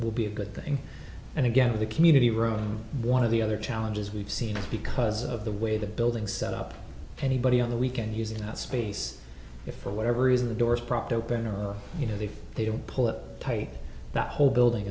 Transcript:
will be a good thing and again the community room one of the other challenges we've seen is because of the way the buildings set up anybody on the weekend using that space if for whatever reason the door's propped open or you know if they don't pull it tight that whole building